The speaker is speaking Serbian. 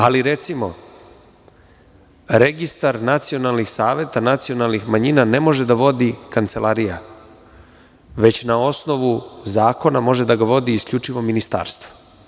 Ali, recimo registar nacionalnih saveta nacionalnih manjina ne može da vodi kancelarija, već na osnovu zakona može da ga vodi isključivo Ministarstvo.